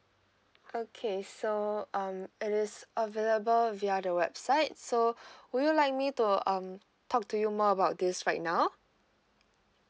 okay so um it's available via the website so would you like me to um talk to you more about this right now